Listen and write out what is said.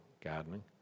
gardening